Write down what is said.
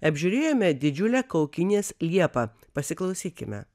apžiūrėjome didžiulę kaukinės liepą pasiklausykime